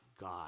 God